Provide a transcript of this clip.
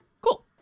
Cool